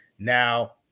Now